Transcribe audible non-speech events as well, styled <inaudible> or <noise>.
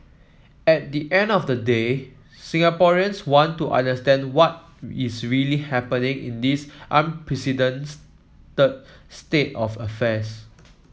at the end of the day Singaporeans want to understand what is really happening in this <unintelligible> state of affairs